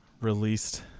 released